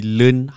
learn